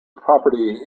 property